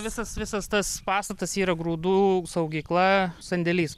visas visas tas pastatas yra grūdų saugykla sandėlys